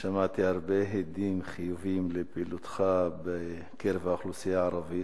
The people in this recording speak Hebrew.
שמעתי הרבה הדים חיובים על פעילותך בקרב האוכלוסייה הערבית,